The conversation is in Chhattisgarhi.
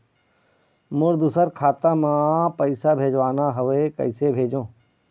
मोर दुसर खाता मा पैसा भेजवाना हवे, कइसे भेजों?